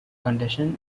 condition